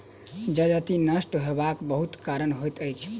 जजति नष्ट होयबाक बहुत कारण होइत अछि